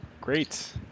Great